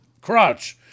crotch